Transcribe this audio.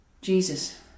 Jesus